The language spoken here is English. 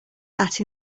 that